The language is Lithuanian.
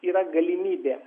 yra galimybė